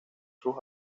sus